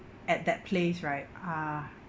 at that place right uh